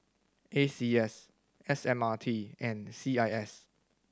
A C S S M R T and C I S